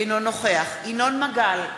אינו נוכח ינון מגל,